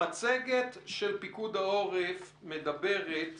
המצגת של פיקוד העורף מדברת